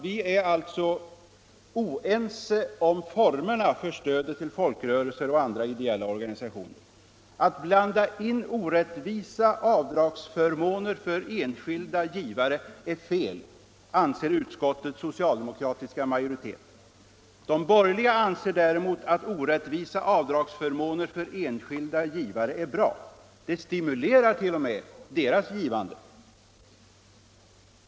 Vi är alltså oense om formerna för stödet till folkrörelser och andra ideella organisationer. Att blanda in orättvisa avdragsförmåner för enskilda givare är fel, anser utskottets socialdemokratiska majoritet. De borgerliga anser däremot att orättvisa avdragsförmåner för enskilda givare är bra, det stimulerar t.o.m. deras givande.